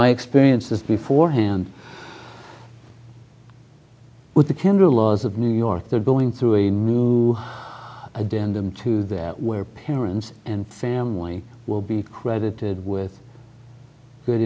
my experience this before hand with the kindle laws of new york they're going through a new identity and to that where parents and family will be credited with good